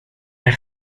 las